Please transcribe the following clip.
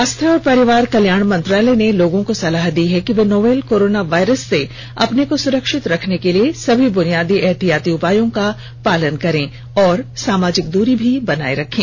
स्वास्थ्य और परिवार कल्याण मंत्रालय ने लोगों को सलाह दी है कि वे नोवल कोरोना वायरस से अपने को सुरक्षित रखने के लिए सभी बुनियादी एहतियाती उपायों का पालन करें और सामाजिक दूरी बनाए रखें